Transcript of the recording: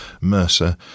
mercer